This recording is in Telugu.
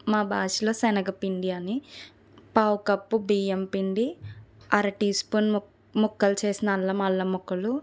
మా భాషలో శనగపిండి అని పావు కప్పు బియ్యంపిండి అర టీ స్పూన్ ము ముక్కలు చేసిన అల్లం అల్లం ముక్కలు